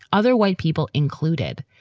other white people included.